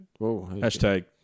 Hashtag